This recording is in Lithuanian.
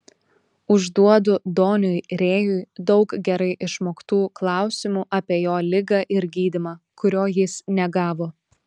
užduodu doniui rėjui daug gerai išmoktų klausimų apie jo ligą ir gydymą kurio jis negavo